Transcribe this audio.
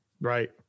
right